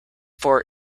for